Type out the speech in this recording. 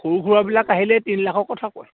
সৰু সুৰাবিলাক আহিলে তিন লাখৰ কথা কয়